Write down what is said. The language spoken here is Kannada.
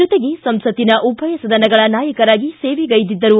ಜೊತೆಗೆ ಸಂಸತ್ತಿನ ಉಭಯ ಸದನಗಳ ನಾಯಕರಾಗಿ ಸೇವೆಗೈದಿದ್ದರು